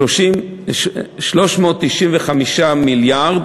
395 מיליארד